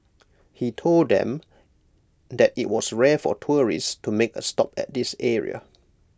he told them that IT was rare for tourists to make A stop at this area